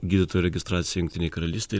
gydytojų registraciją jungtinėj karalystėj